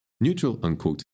neutral